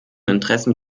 interessen